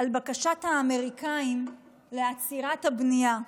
על בקשת האמריקנים לעצירת הבנייה,